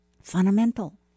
fundamental